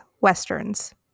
westerns